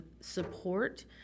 support